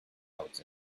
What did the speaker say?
out